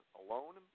alone